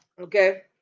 Okay